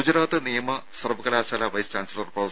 ഗുജറാത്ത് നിയമ സർവ്വകലാശാല vice chancellor prof